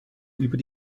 über